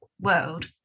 world